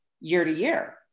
year-to-year